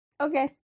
Okay